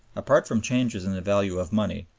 apart from changes in the value of money,